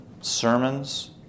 sermons